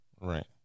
Right